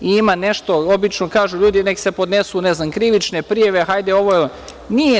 Ima nešto, obično kažu ljudi, nek se podnesu, ne znam, krivične prijave, hajde ovo, hajde ono.